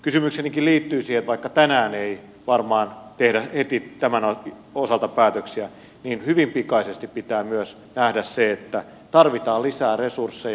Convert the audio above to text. kysymyksenikin liittyy siihen vaikka tänään ei varmaan tehdä heti tämän osalta päätöksiä että hyvin pikaisesti pitää myös nähdä että tarvitaan lisää resursseja